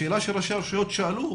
השאלה שראשי הרשויות שאלו,